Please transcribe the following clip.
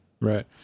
right